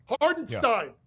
Hardenstein